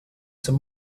some